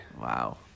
Wow